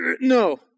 no